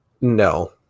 No